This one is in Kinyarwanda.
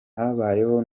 habayeho